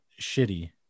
shitty